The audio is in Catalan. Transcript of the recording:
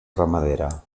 ramadera